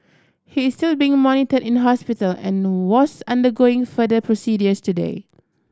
he is still being monitored in hospital and was undergoing further procedures today